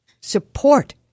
support